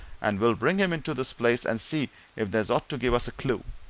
and we'll bring him into this place and see if there's aught to give us a clue.